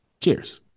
Cheers